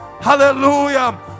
Hallelujah